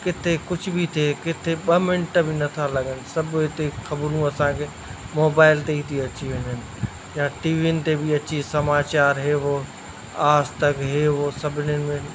किथे कुझु बि थिए किथे ॿ मिंट बि न था लॻनि सभु हिते ख़बरूं असांजे मोबाइल ते ई थी अची वञनि या टीवियुनि ते बि अची समाचार हे हो आज तक हे हो सभनीनि में